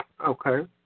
Okay